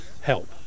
help